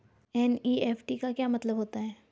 NEFT का मतलब क्या होता है?